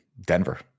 denver